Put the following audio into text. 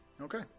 Okay